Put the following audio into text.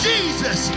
Jesus